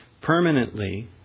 permanently